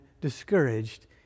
discouraged